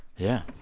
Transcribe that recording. yeah.